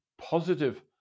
positive